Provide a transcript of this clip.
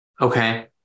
Okay